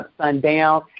sundown